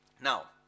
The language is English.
now